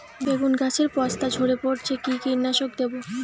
বেগুন গাছের পস্তা ঝরে পড়ছে কি কীটনাশক দেব?